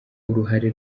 uruhare